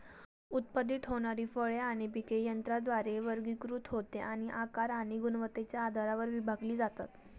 उत्पादित होणारी फळे आणि पिके यंत्राद्वारे वर्गीकृत होते आणि आकार आणि गुणवत्तेच्या आधारावर विभागली जातात